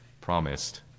promised